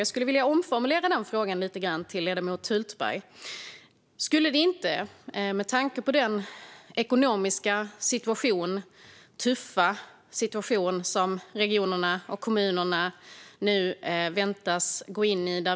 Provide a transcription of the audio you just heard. Jag skulle vilja omformulera frågan till ledamoten Hultberg lite grann. Regionerna och kommunerna väntas nu gå in i en tuff ekonomisk situation.